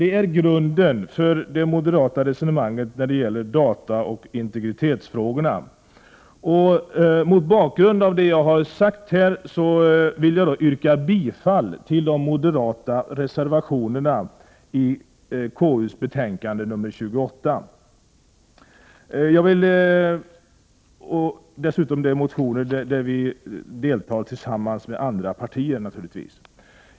Det här är således grunden för det moderata resonemanget när det gäller data och integritetsfrågorna. Mot bakgrund av det anförda vill jag yrka bifall till de moderata reservationerna i konstitutionsutskottets betänkande nr 28. Jag yrkar dessutom naturligtvis även bifall till de motioner där vi moderater deltar tillsammans med andra partier.